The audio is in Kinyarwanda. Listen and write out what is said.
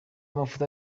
amafoto